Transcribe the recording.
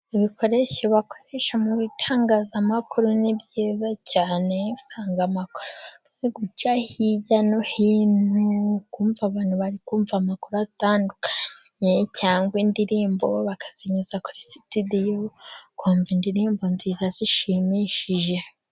Ibikoresho bakoresha mu bitangazamakuru ni byiza cyane, usanga amakuru ari guca hirya no hino, ukumva abantu bari kumva amakuru atandukanye, cyangwa indirimbo bakazinyuza kuri sitidiyo, ukumva indirimbo nziza zishimishije.